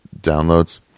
downloads